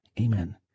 Amen